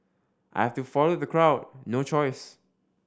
I have to follow the crowd no choice